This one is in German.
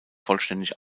vollständig